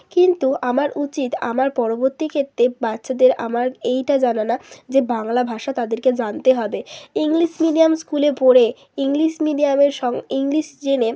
কিন্তু আমার উচিত আমার পরবর্তী ক্ষেত্রে বাচ্চাদের আমার এইটা জানানো যে বাংলা ভাষা তাদেরকে জানতে হবে ইংলিশ মিডিয়াম স্কুলে পড়ে ইংলিশ মিডিয়ামের সং ইংলিশ জেনে